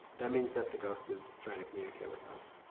that means that the ghost is trying to communicate with us.